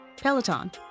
Peloton